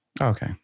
Okay